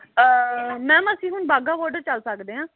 ma'am ਅਸੀਂ ਹੁਣ Wagah border ਚੱਲ ਸਕਦੇ ਹਾਂ